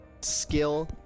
skill